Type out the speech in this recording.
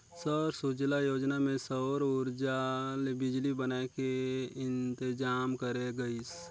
सौर सूजला योजना मे सउर उरजा ले बिजली बनाए के इंतजाम करे गइस